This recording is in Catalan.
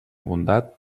bondat